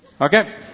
Okay